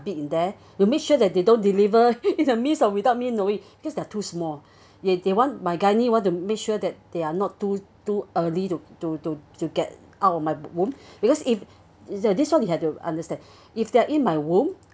beat in there you make sure that they don't deliver it means uh without me knowing because they are too small ya they want my gynae want to make sure that they are not too too early to to to to get out of my womb because if uh this one you have to understand if they are in my womb